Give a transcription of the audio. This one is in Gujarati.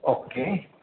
ઓકે